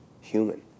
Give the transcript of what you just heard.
human